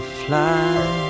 fly